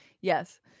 Yes